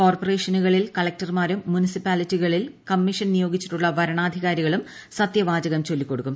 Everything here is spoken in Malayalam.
കോർപറേഷനുകളിൽ കളക്ടർമാരും മുനിസിപ്പാലിറ്റികളിൽ കമ്മീഷൻ നിയോഗിച്ചിട്ടുള്ള വരണാധികാരികളും സത്യവാചകം ചൊല്ലിക്കൊടുക്കും